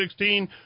2016